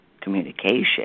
communication